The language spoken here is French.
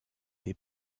des